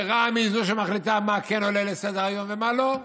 שרע"מ היא שמחליטה מה כן עולה לסדר-היום ומה לא,